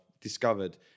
discovered